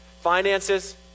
Finances